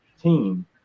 team